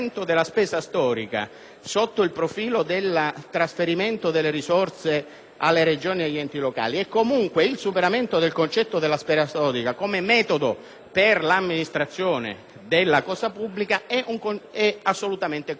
alle Regioni e agli enti locali o comunque il superamento del concetto della spesa storica come metodo per l'amministrazione della cosa pubblica è assolutamente condiviso. Non condividiamo, invece, il modo in cui viene definito